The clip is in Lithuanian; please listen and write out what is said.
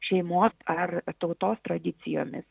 šeimos ar tautos tradicijomis